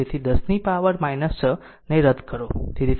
તેથી માઇક્રો 10 ની પાવર 6 ને રદ કરો